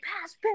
Pass